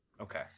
Okay